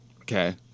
okay